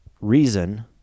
reason